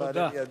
ומענה מיידי.